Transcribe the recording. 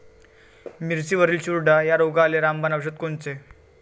मिरचीवरील चुरडा या रोगाले रामबाण औषध कोनचे?